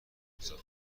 موزه